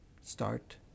Start